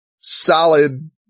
solid